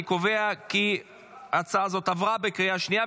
אני קובע כי ההצעה התקבלה בקריאה שנייה.